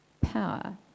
power